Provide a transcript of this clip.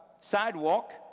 sidewalk